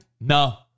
No